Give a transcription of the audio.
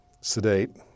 sedate